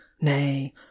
nay